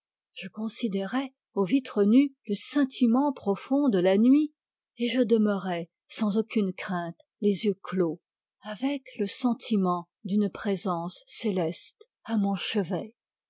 je considérai aux vitres nues le scintillement profond de la nuit et je demeurai sans aucune crainte les yeux clos avec le sentiment d'une présence céleste à mon chevet